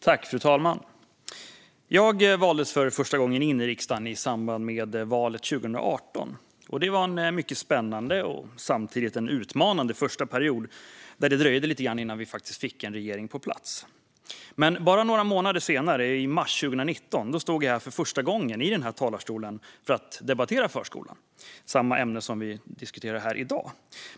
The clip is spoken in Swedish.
Fru talman! Jag valdes för första gången in i riksdagen i samband med valet 2018. Det var en mycket spännande och samtidigt utmanande första period, där det dröjde innan vi faktiskt fick en regering på plats. Bara några månader senare, i mars 2019, stod jag för första gången i den här talarstolen för att debattera förskolan, samma ämne som vi diskuterar här i dag.